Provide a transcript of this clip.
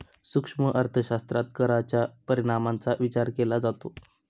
सूक्ष्म अर्थशास्त्रात कराच्या परिणामांचा विचार केला जातो